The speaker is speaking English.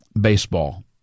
baseball